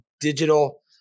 digital